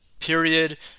Period